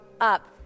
up